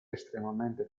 estremamente